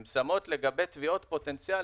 הן שמות לגבי תביעות פוטנציאליות.